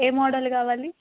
ఏ model కావాలి